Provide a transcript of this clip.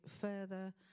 further